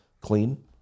clean